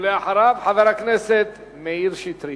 ואחריו, חבר הכנסת מאיר שטרית.